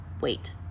wait